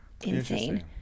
insane